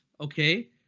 Okay